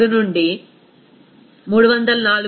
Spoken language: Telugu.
3 నుండి 304 0